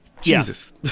Jesus